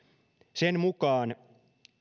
sen mukaan